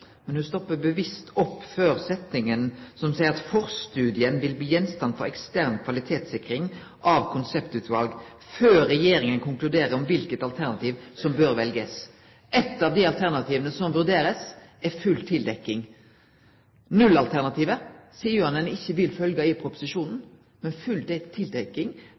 men ho stoppar bevisst opp før setninga som seier: «Forstudien vil bli gjenstand for ekstern kvalitetssikring av konseptvalg , før regjeringen konkluderer om hvilket alternativ som bør velges.» Eit av dei alternativa som blir vurderte, er full tildekking. Nullalternativet seier ein i proposisjonen at ein ikkje vil følgje. Men full tildekking